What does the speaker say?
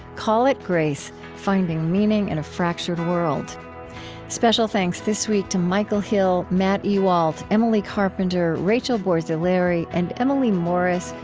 call it grace finding meaning in a fractured world special thanks this week to michael hill, hill, matt ewalt, emily carpenter, rachel borzilleri, and emily morris,